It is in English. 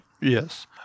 Yes